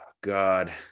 God